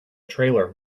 trailer